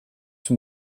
from